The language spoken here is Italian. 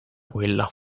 quella